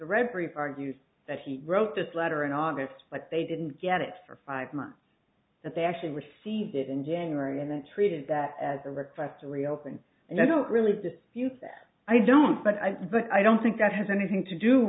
read brief argues that he wrote this letter in august but they didn't get it for five months that they actually received it in january and then treated that as a request to reopen and i don't really dispute that i don't but i but i don't think that has anything to do